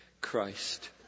Christ